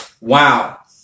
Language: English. wow